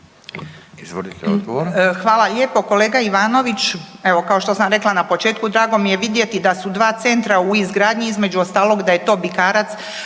Hvala lijepo kolega Ivanović. Evo, kao što sam rekla na početku, drago mi je vidjeti da su dva centra u izgradnji, između ostaloga, da je to Bikarac